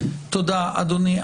תודה, אדוני.